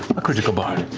critical bard.